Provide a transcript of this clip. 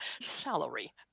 salary